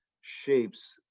shapes